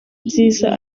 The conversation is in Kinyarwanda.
nziza